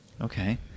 Okay